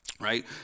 right